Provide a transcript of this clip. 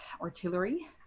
artillery